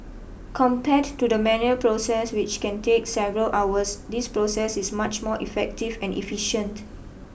compared to the manual process which can take several hours this process is much more effective and efficient